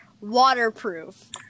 Waterproof